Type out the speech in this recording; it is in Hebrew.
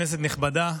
כנסת נכבדה,